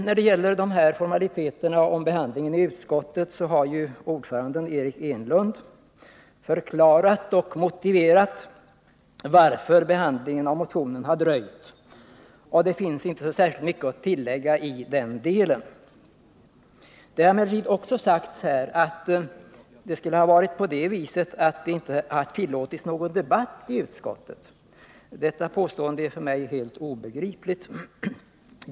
När det gäller formaliteterna kring behandlingen i utskottet har utskottets ordförande Eric Enlund förklarat och motiverat varför behandlingen av motionen har dröjt, och det finns inte särskilt mycket att tillägga i den delen. Det har emellertid också sagts här att det inte tillåtits någon debatt i utskottet. Detta påstående är för mig helt obegripligt.